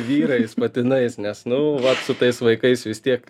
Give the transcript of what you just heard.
vyrais patinais nes nu vat su tais vaikais vis tiek